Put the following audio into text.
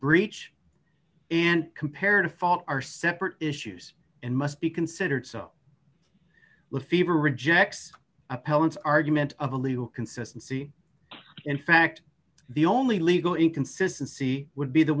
breach and compared a fault are separate issues and must be considered so the fever rejects appellants argument of a legal consistency in fact the only legal inconsistency would be the